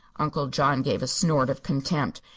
uncle john gave a snort of contempt.